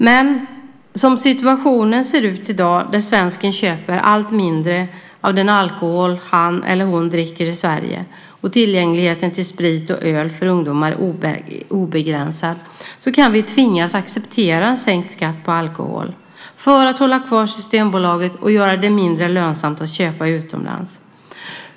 Men som situationen i dag ser ut - svensken köper allt mindre av den alkohol som han eller hon dricker i Sverige, och tillgängligheten till sprit och öl är obegränsad för ungdomar - kan vi tvingas acceptera sänkt skatt på alkohol just för att behålla Systembolaget och göra det mindre lönsamt att köpa utomlands.